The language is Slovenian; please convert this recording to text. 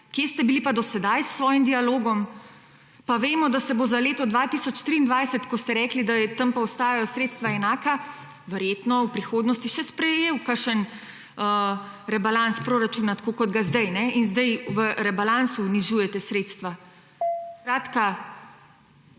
Kje ste bili pa do sedaj s svojim dialogom? Pa vemo, da se bo za leto 2023, ko ste rekli, da tam pa ostajajo sredstva enaka, verjetno v prihodnosti še sprejel kakšen rebalans proračuna, tako kot ga sprejemamo zdaj. In zdaj v rebalansu znižujete sredstva. Vi